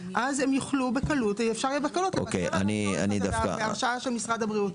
אז אפשר יהיה בקלות לוותר על הצורך הזה בהרשאה של משרד הבריאות.